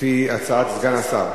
לפי הצעת סגן השר.